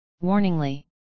warningly